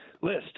list